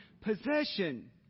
possession